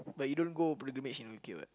but you don't go pilgrimage in U_K what